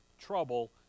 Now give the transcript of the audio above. Trouble